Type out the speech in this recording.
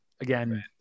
again